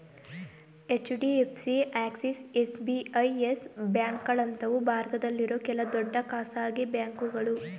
HDFC, Axis, SBI, Yes ಬ್ಯಾಂಕ್ಗಳಂತವು ಭಾರತದಲ್ಲಿರೋ ಕೆಲ ದೊಡ್ಡ ಖಾಸಗಿ ಬ್ಯಾಂಕುಗಳು